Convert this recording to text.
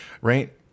right